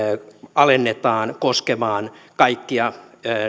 alennetaan koskemaan kaikkia